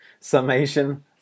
summation